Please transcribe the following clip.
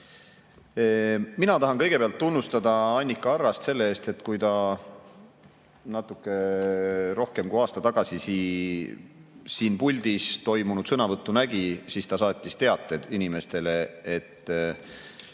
Mina tahan kõigepealt tunnustada Annika Arrast selle eest, et kui ta natuke rohkem kui aasta tagasi siin puldis toimunud sõnavõttu nägi, siis ta saatis teated inimestele, et